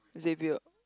Xavier